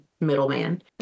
middleman